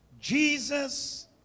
Jesus